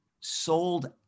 sold